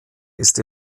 ist